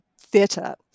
theatre